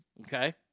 Okay